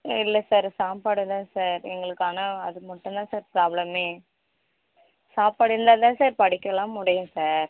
இல்லை சார் சாப்பாடு தான் சார் எங்களுக்கு ஆனால் அது மட்டும் தான் சார் ப்ராபளம்மே சாப்பாடு இருந்தால் தான் சார் படிக்கெல்லாம் முடியும் சார்